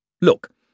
Look